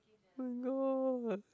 my god